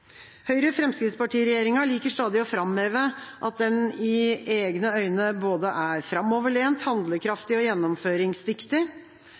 Høyre–Fremskrittsparti-regjeringa liker stadig å framheve at den i egne øyne er både framoverlent,